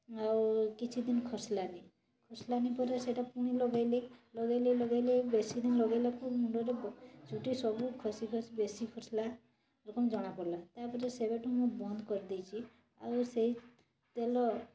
ଆଉ କିଛିଦିନ ଖସିଲାନି ଖସିଲାନି ପରେ ସେଇଟା ପୁଣି ଲଗେଇଲି ଲଗେଇଲି ଲଗେଇଲି ବେଶିଦିନ ଲଗେଇଲାକୁ ମୁଣ୍ଡରେ ଚୁଟି ସବୁ ଖସି ଖସି ବେଶି ଖସିଲା ଏବଂ ଜଣାପଡ଼ିଲା ତା'ପରେ ସେବେଠୁ ମୁଁ ବନ୍ଦ କରିଦେଇଛି ଆଉ ସେଇ ତେଲ